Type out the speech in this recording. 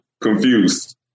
Confused